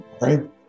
Right